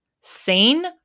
sane